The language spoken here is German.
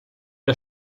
der